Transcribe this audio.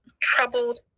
troubled